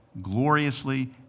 gloriously